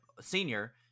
senior